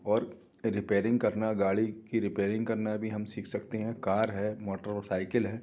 और रिपेयरिंग करना गाड़ी की रिपेयरिंग करना भी हम सीख सकते हैं कार है मोटरसाइकिल है